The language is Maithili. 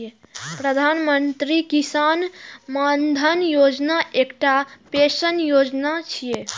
प्रधानमंत्री किसान मानधन योजना एकटा पेंशन योजना छियै